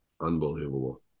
Unbelievable